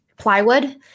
plywood